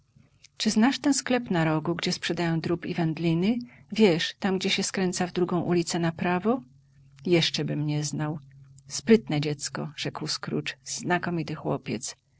znasz ten sklep na rogu gdzie sprzedają drób i wędliny wiesz tam gdzie się skręca w drugą ulicę na prawo jeszczebym nie znał sprytne dziecko rzekł scrooge znakomity chłopiec